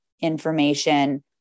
information